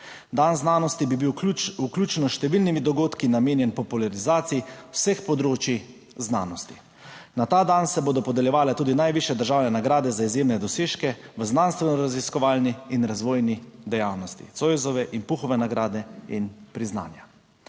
Dan znanosti bi bil vključno s številnimi dogodki namenjen popularizaciji vseh področij znanosti. Na ta dan se bodo podeljevale tudi najvišje državne nagrade za izjemne dosežke v znanstveno raziskovalni in razvojni dejavnosti, Zoisove in Puhove nagrade in priznanja.